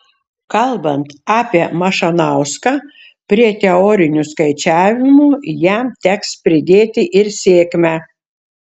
kalbant apie mašanauską prie teorinių skaičiavimų jam teks pridėti ir sėkmę